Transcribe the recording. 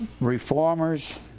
reformers